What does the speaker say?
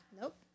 Nope